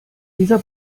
dieser